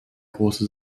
große